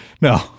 No